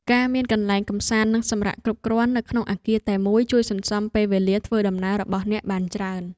ការមានកន្លែងកម្សាន្តនិងសម្រាកគ្រប់គ្រាន់នៅក្នុងអគារតែមួយជួយសន្សំពេលវេលាធ្វើដំណើររបស់អ្នកបានច្រើន។